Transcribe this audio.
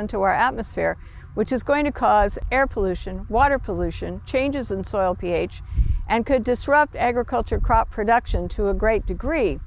into our atmosphere which is going to cause air pollution water pollution changes in soil ph and could disrupt agriculture crop production to a great degree